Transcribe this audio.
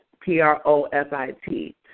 p-r-o-f-i-t